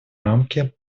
рамки